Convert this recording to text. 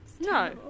No